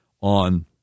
on